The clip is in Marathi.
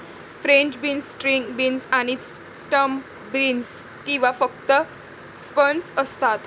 फ्रेंच बीन्स, स्ट्रिंग बीन्स आणि स्नॅप बीन्स किंवा फक्त स्नॅप्स असतात